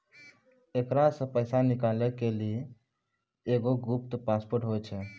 एकरा से पैसा निकालै के लेली एगो गुप्त पासवर्ड होय छै